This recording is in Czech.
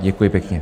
Děkuji pěkně.